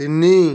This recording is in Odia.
ତିନି